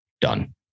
Done